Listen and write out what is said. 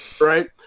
right